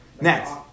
Next